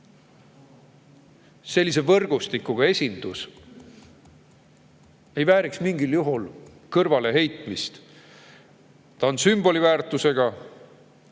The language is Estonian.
ehitatud võrgustikuga esindus ei vääri mingil juhul kõrvaleheitmist. See on sümboli väärtusega,